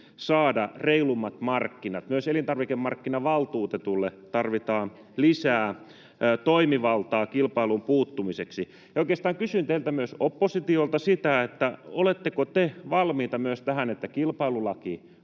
saada reilummat markkinat. Myös elintarvikemarkkinavaltuutetulle tarvitaan lisää toimivaltaa kilpailuun puuttumiseksi. Ja oikeastaan kysyn teiltä, myös oppositiolta, sitä, oletteko te valmiita myös tähän, että kilpailulaki